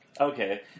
okay